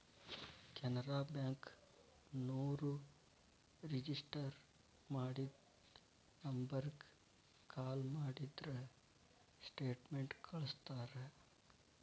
ಕೆನರಾ ಬ್ಯಾಂಕ ನೋರು ರಿಜಿಸ್ಟರ್ ಮಾಡಿದ ನಂಬರ್ಗ ಕಾಲ ಮಾಡಿದ್ರ ಸ್ಟೇಟ್ಮೆಂಟ್ ಕಳ್ಸ್ತಾರ